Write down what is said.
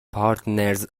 پارتنرز